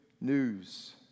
news